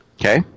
Okay